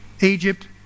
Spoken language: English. Egypt